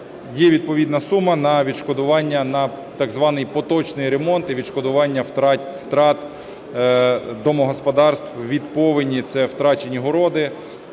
є відповідна сума на відшкодування на так званий поточний ремонт і відшкодування втрат домогосподарств від повені, це втрачені городи,